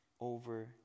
over